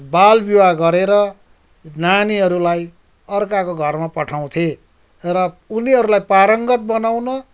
बालविवाह गरेर नानीहरूलाई अर्काको घरमा पठाउँथे र उनीहरूलाई पारङ्गत बनाउन